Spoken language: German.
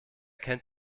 kennt